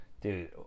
Dude